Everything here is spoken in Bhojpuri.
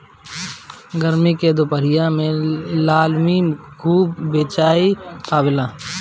गरमी के दुपहरिया में लालमि खूब बेचाय आवेला